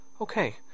Okay